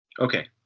Okay